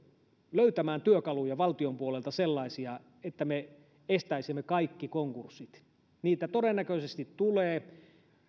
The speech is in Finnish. löytämään valtion puolelta sellaisia työkaluja että me estäisimme kaikki konkurssit niitä todennäköisesti tulee